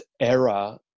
era